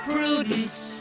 Prudence